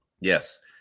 Yes